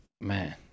Man